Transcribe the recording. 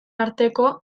arteko